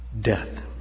death